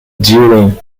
during